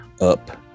up